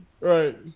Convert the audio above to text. Right